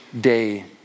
day